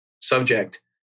subject